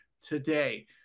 today